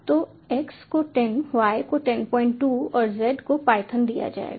तो x को 10 y को 102 और z को पायथन दिया जाएगा